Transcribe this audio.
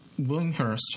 Willinghurst